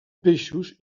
peixos